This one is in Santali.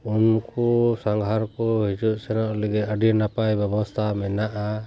ᱩᱱᱠᱩ ᱥᱟᱸᱜᱷᱟᱨ ᱠᱚ ᱦᱤᱡᱩᱜ ᱥᱮᱱᱚᱜ ᱞᱟᱹᱜᱤᱫ ᱟᱹᱰᱤ ᱱᱟᱯᱟᱭ ᱵᱮᱵᱚᱥᱛᱟ ᱢᱮᱱᱟᱜᱼᱟ